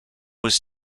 was